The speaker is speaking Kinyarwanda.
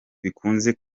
bikunze